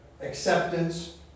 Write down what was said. acceptance